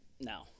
No